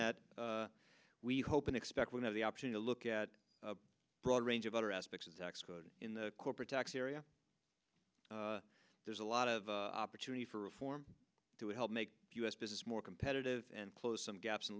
that we hope and expect we have the option to look at a broad range of other aspects of tax code in the corporate tax area there's a lot of opportunity for reform to help make us business more competitive and close some gaps and